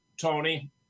tony